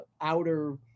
outer